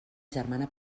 germana